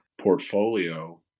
portfolio